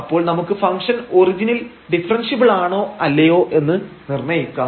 അപ്പോൾ നമുക്ക് ഫംഗ്ഷൻഒറിജിനിൽ ഡിഫറെൻഷ്യബിൾ ആണോ അല്ലയോ എന്ന് നിർണയിക്കാം